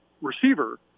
receiver